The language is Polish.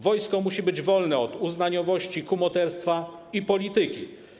Wojsko musi być wolne od uznaniowości, kumoterstwa i polityki.